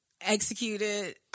executed